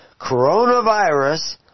coronavirus